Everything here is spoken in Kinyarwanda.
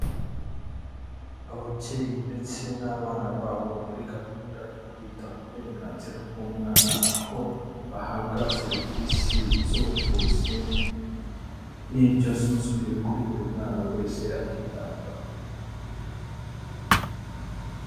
Ababyeyi ndetse n'abana babo muri gahunda yo kwita ku burenganzira bw'umwana, aho bahabwa serivisi z'ubuvuzi n'indyo zuzuye kuri buri mwana wese akitabwaho.